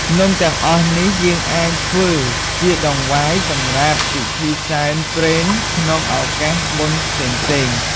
នំទាំងអស់នេះយើងអាចធ្វើជាដង្វាយសម្រាប់ពិធីសែនព្រេនក្នុងឧកាសបុណ្យផ្សេងៗ។